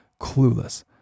clueless